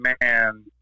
man